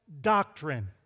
doctrine